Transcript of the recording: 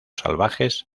salvajes